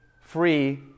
free